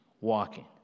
walking